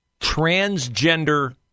transgender